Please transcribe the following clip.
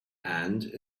and